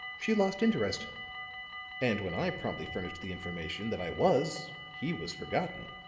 she lost interest and when i promptly furnished the information that i was, he was forgotten.